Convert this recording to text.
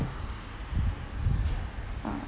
uh